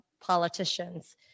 politicians